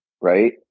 right